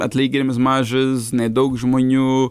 atlyginimas mažas nei daug žmonių